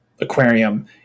Aquarium